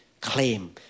claim